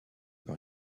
par